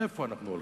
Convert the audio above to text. לאן אנחנו הולכים?